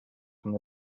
from